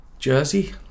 Jersey